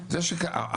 אני מניח שכשאני אומר